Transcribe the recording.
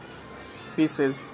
Pieces